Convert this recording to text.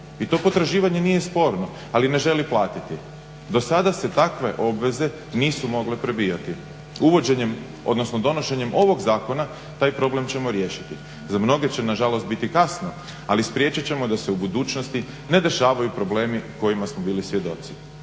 i to potraživanje nije sporno, ali ne želi platiti. Do sada se takve obveze nisu mogle prebijati. Donošenjem ovog zakona taj problem ćemo riješiti. Za mnoge će nažalost biti kasno ali spriječit ćemo da se u budućnosti ne dešavaju problemi kojima smo bili svjedoci.